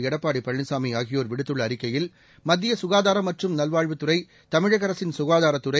எடப்பாடி பழனிசாமி ஆகியோர் விடுத்துள்ள அறிக்கையில் மத்திய சுகாதாரம் மற்றும் நல்வாழ்வுத்துறை தமிழக அரசின் க்காதாரத்துறை